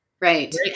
Right